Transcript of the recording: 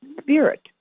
spirit